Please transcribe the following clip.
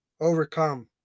overcome